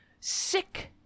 sick